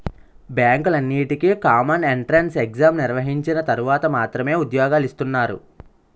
బ్యాంకులన్నింటికీ common entrance exam నిర్వహించిన తర్వాత మాత్రమే ఉద్యోగాలు ఇస్తున్నారు